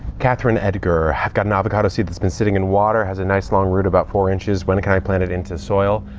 katherine edgar i've got an avocado seed that has been sitting in water, has a nice long root about four inches. when it can i plant it into soil?